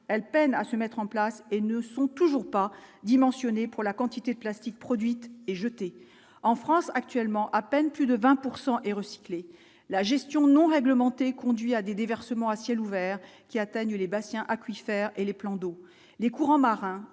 elle peine à se mettre en place et ne sont toujours pas dimensionné pour la quantité de plastique produites et jeté en France actuellement, à peine plus de 20 pourcent et recyclé la gestion non conduit à des déversements à ciel ouvert qui atteignent les Bastien aquifères et les plans d'eau, les courants marins